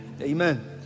amen